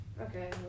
Okay